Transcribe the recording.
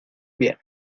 bien